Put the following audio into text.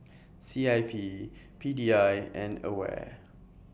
C I P P D I and AWARE